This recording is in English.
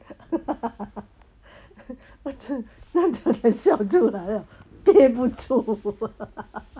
我真真的想出来了编不出